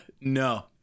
No